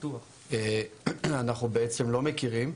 אנחנו בעצם לא מכירים,